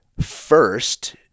first